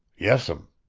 yes'm.